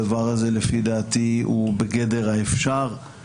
הדבר הזה לפי דעתי הוא בגדר האפשר.